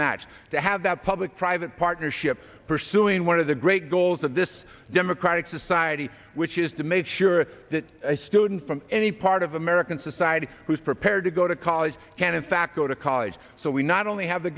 match to have that public private partnership pursuing one of the great goals of this democratic society which is to make sure that students from any part of american society who is prepared to go to college can in fact go to college so we not only have the